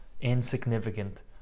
insignificant